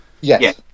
Yes